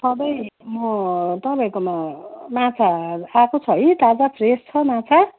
सबै म तपाईँमा माछा आएको छ है ताजा फ्रेस छ माछा